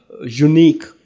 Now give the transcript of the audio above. unique